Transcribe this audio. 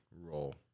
role